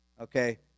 okay